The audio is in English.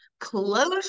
close